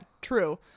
true